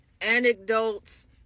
anecdotes